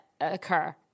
occur